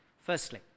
Firstly